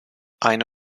eine